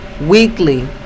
weekly